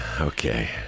Okay